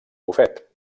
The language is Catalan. bufet